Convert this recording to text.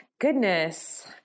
goodness